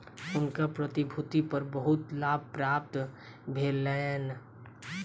हुनका प्रतिभूति पर बहुत लाभ प्राप्त भेलैन